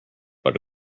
but